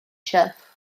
chyff